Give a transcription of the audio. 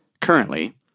currently